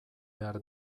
behar